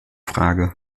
frage